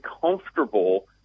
comfortable